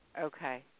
Okay